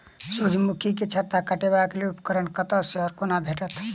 सूर्यमुखी केँ छत्ता काटबाक लेल उपकरण कतह सऽ आ कोना भेटत?